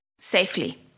safely